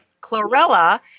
Chlorella